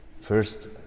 First